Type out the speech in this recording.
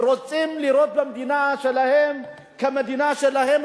רוצים לראות את המדינה כמדינה שלהם,